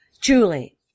Julie